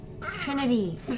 Trinity